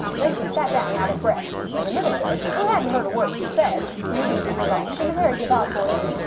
then she sat down out of breath, and the minister, who hadn't heard a word she said, immediately remarked, in a very devout voice,